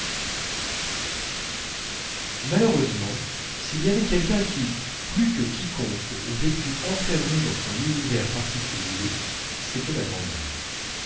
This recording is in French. malheureusement s'il y avait quelqu'un qui plus que quiconque vécût enfermé dans son univers particulier c'était ma grand'mère